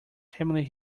family